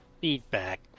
feedback